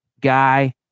guy